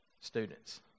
students